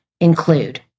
include